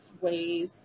ways